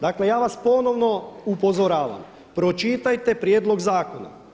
Dakle, ja vas ponovno upozoravam pročitajte prijedlog zakona.